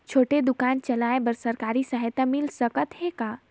छोटे दुकान चलाय बर सरकारी सहायता मिल सकत हे का?